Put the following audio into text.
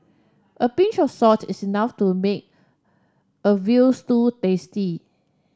a pinch of salt is enough to make a veal stew tasty